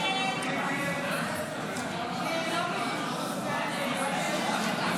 להעביר לוועדה את הצעת חוק-יסוד: הממשלה (תיקון,